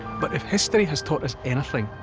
but if history has taught us anything,